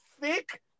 thick